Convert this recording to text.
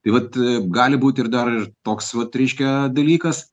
tai vat e gali būti ir dar ir toks vat reiškia dalykas